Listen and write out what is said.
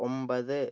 ഒമ്പത്